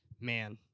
man